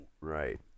Right